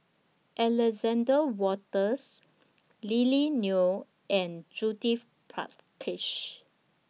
Alexander Wolters Lily Neo and Judith Prakash